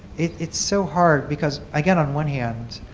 it's so hard because i get on one hand,